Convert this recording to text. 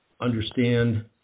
understand